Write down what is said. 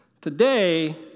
Today